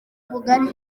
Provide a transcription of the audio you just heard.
ubugari